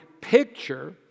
picture